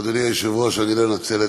בקריאה ראשונה ותוחזר לוועדת החוקה,